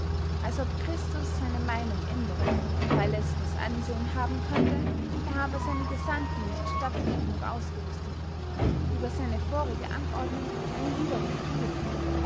als ob christus seine meynung ändernd weil es das ansehen haben könnte er habe seine gesandten nicht stattlich genug ausgerüstet über seine vorige anordnung einen widerruf thue